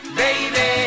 baby